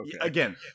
Again